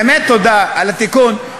באמת תודה על התיקון.